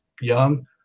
young